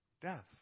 death